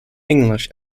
english